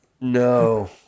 no